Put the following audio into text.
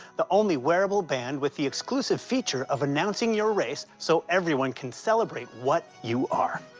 the only wearable band with the exclusive feature of announcing your race so everyone can celebrate what you are.